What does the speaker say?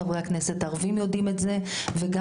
חברי הכנסת הערבים יודעים את זה וגם